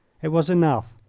it was enough.